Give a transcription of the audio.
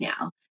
now